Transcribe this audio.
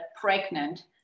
pregnant